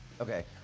Okay